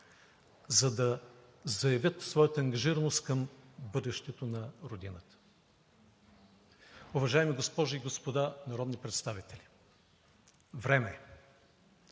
за да заявят своята ангажираност към бъдещето на родината. Уважаеми госпожи и господа народни представители, време е!